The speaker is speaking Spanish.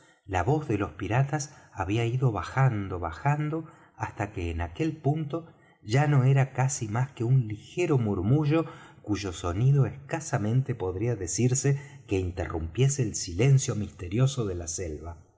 la voz de los piratas había ido bajando bajando hasta que en aquel punto ya no era casi más que un ligero murmullo cuyo sonido escasamente podría decirse que interrumpiese el silencio misterioso de la selva